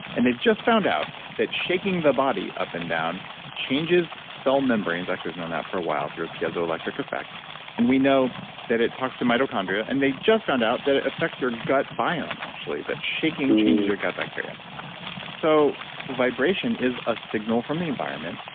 and they've just found out that shaking the body up and down changes cell membranes. actually, i've known that for a while through a piezoelectric effect and we know that it talks to mitochondria and they just found out that it affects your gut biome actually. that shaking changes your gut bacteria so vibration is a signal from the environment,